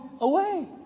away